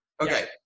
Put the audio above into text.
Okay